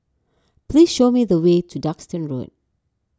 please show me the way to Duxton Road